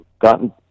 gotten